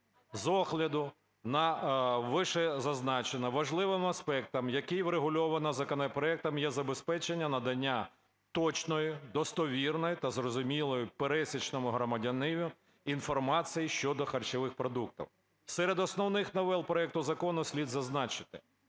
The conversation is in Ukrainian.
З огляду на вищезазначене, важливим аспектом, який врегульовано законопроектом, є забезпечення надання точної, достовірної та зрозумілої пересічному громадянину інформації щодо харчових продуктів. Серед основних новел проекту закону слід зазначити: